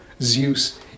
Zeus